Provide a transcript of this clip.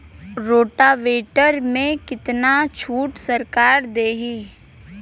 Rotavator में कितना छूट सरकार देही?